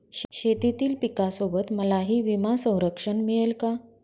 शेतीतील पिकासोबत मलाही विमा संरक्षण मिळेल का?